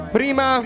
Prima